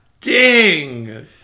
Ding